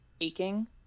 aching